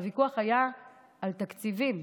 הוויכוח היה על תקציבים.